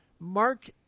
Mark